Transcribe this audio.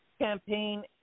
Campaign